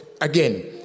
again